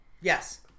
yes